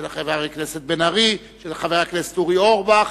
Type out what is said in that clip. של חבר הכנסת בן-ארי, של חבר הכנסת אורי אורבך,